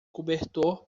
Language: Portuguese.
cobertor